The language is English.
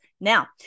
Now